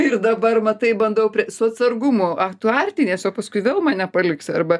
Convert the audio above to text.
ir dabar matai bandau su atsargumu ach tu artinies o paskui vėl mane paliksi arba